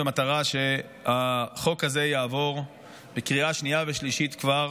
במטרה שהחוק הזה יעבור בקריאה שנייה ושלישית כבר